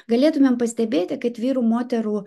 galėtumėm pastebėti kad vyrų moterų